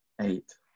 eight